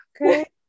Okay